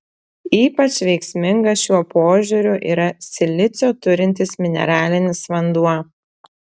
ypač veiksmingas šiuo požiūriu yra silicio turintis mineralinis vanduo